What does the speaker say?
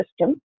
system